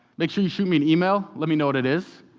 make sure you shoot me an email, let me know what it is,